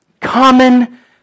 Common